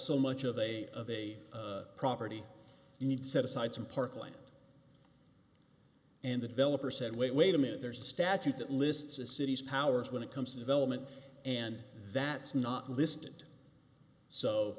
so much of a of a property you need set aside some park land and the developer said wait wait a minute there's a statute that lists a city's powers when it comes to development and that's not listed so